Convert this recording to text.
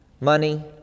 money